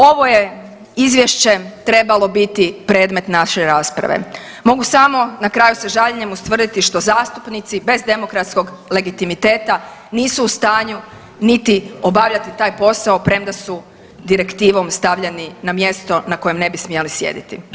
Ovo je izvješće trebalo biti predmet naše rasprave, mogu samo na kraju sa žaljenjem ustvrditi što zastupnici bez demokratskog legitimiteta nisu u stanju niti obavljati taj posao premda su direktivom stavljeni na mjesto na kojem ne bi smjeli sjediti.